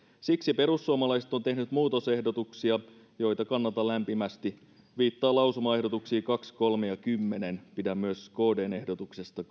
siksi perussuomalaiset ovat tehneet muutosehdotuksia joita kannatan lämpimästi viittaan lausumaehdotuksiin kaksi kolme ja kymmenennen pidän myös kdn ehdotuksesta